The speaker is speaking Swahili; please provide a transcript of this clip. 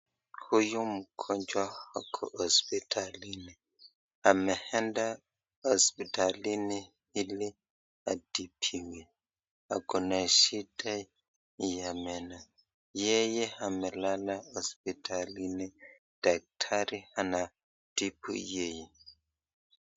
Huyu mgonjwa ako hospitalini. Ameenda hospitalini ili atibiwe. Ako na shida ya meno. Yeye amelala hospitalini. Daktari anatibu yeye.